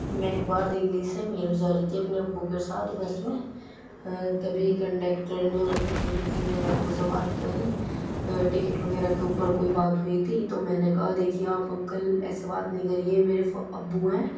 میں ایک بار دلی سے میرٹھ جا رہی تھی اپنے ابو کے ساتھ بس میں تبھی کنڈیکٹر نے بڑی بدتمیزی سے میرے ابو سے بات کری ٹکٹ وغیرہ کے اوپر کوئی بات ہوئی تھی تو میں نے کہا دیکھئے آپ انکل ایسے بات نہیں کرئیے میرے فا ابو ہیں